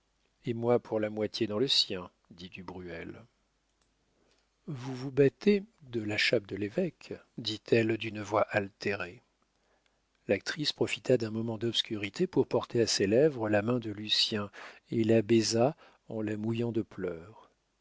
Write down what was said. et moi pour la moitié dans le sien dit du bruel vous vous battez de la chape de l'évêque dit-elle d'une voix altérée l'actrice profita d'un moment d'obscurité pour porter à ses lèvres la main de lucien et la baisa en la mouillant de pleurs